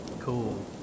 Cool